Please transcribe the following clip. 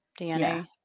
DNA